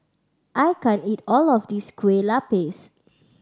I can't eat all of this Kueh Lapis